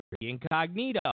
incognito